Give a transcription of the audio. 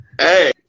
Hey